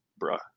bruh